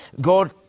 God